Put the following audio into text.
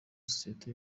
sosiyete